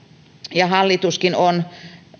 ja hallituskin on